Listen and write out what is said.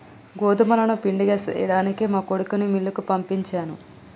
గోదుములను పిండిగా సేయ్యడానికి మా కొడుకుని మిల్లుకి పంపించాను